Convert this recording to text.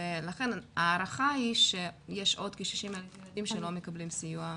לכן ההערכה היא שיש עוד כ-60,000 ילדים שלא מקבלים סיוע.